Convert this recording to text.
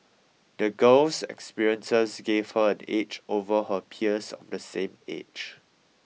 the girl's experiences gave her an edge over her peers of the same age